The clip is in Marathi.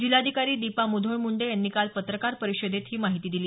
जिल्हाधिकारी दीपा मुधोळ मुंडे यांनी काल पत्रकार परिषदेत ही माहिती दिली